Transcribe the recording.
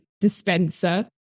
dispenser